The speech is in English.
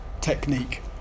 technique